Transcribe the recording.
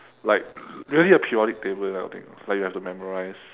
like really the periodic table that kind of thing like you have to memorise